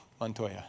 Montoya